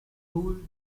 got